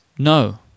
No